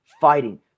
fighting